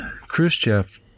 Khrushchev